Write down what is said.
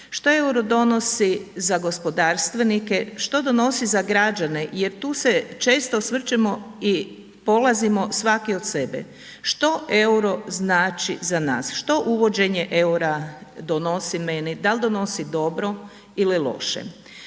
što euro donosi za gospodarstvenike, što donosi za građane jer tu se često osvrćemo i polazimo svaki od sebe, što euro znači za nas, što uvođenje eura donosi meni, da li donosi dobro ili loše.